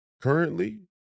Currently